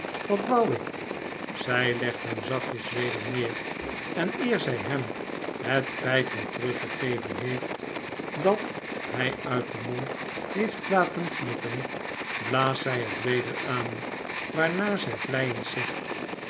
wat wou ik zy legt hem zachtjes weder neer en eer zy hem het pypje terug gegeven heeft dat hy uit den mond heeft laten glippen blaast zy het weder aan waarna zy vleiend zegt